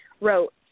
wrote